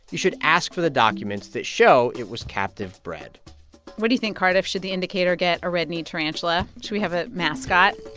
you should ask for the documents that show it was captive bred what do you think, cardiff? should the indicator get a red-kneed tarantula? should we have a mascot?